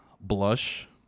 Blush